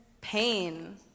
pain